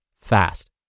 fast